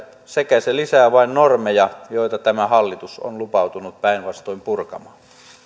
vain lisää normeja joita tämä hallitus on lupautunut päinvastoin purkamaan